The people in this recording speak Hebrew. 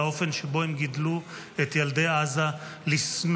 על האופן שבו הם גידלו את ילדי עזה לשנוא,